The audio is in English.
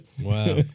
Wow